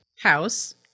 house